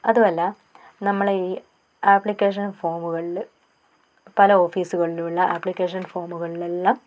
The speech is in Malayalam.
അതുമല്ല നമ്മൾ ഈ അപ്ലിക്കേഷൻ ഫോമുകളിൽ പല ഓഫീസുകളിലുമുള്ള അപ്ലിക്കേഷൻ ഫോമുകളിൽ എല്ലാം